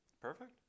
Perfect